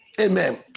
Amen